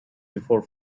before